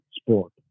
sport